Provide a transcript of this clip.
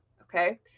Okay